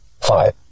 Five